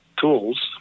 tools